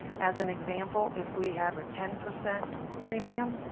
as an example, if we have a ten percent premium,